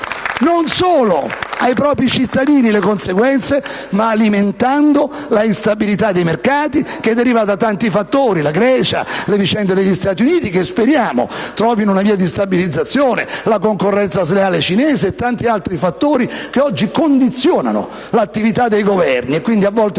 non solo pagare ai propri cittadini le conseguenze, ma alimentando la instabilità dei mercati, che deriva da tanti fattori: la Grecia, le vicende degli Stati Uniti, che speriamo trovino una via di stabilizzazione, la concorrenza sleale cinese e tanti altri fattori che oggi condizionano l'attività dei Governi. Quindi, a volte non